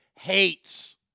hates